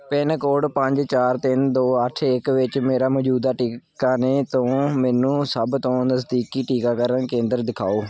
pin code ਪੰਜ ਚਾਰ ਤਿੰਨ ਦੋ ਅੱਠ ਇੱਕ ਵਿੱਚ ਮੇਰਾ ਮੌਜੂਦਾ ਟਿਕਾਣੇ ਤੋਂ ਮੈਨੂੰ ਸਭ ਤੋਂ ਨਜ਼ਦੀਕੀ ਟੀਕਾਕਰਨ ਕੇਂਦਰ ਦਿਖਾਓ